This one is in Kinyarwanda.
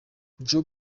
job